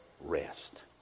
Rest